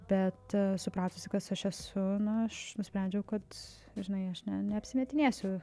bet supratusi kas aš esu aš nusprendžiau kad žinai aš ne neapsimetinėsiu